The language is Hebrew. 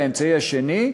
והאמצעי השני,